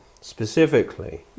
specifically